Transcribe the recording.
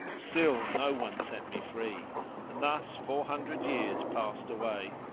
still no one set me free and thus four hundred years passed away.